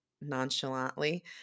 nonchalantly